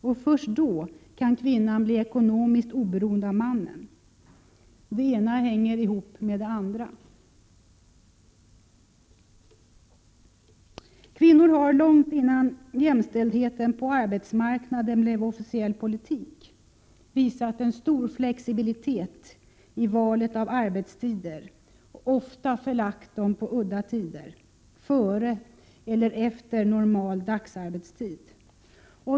Och först då kan kvinnan bli ekonomiskt oberoende av mannen. Det ena hänger ihop med det andra. Kvinnor har långt innan jämställdheten på arbetsmarknaden blev officiell politik visat en stor flexibilitet i valet av arbetstider och ofta förlagt dem på udda tider, före eller efter normal dagarbetstid.